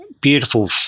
beautiful